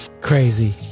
Crazy